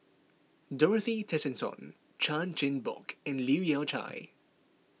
Dorothy Tessensohn Chan Chin Bock and Leu Yew Chye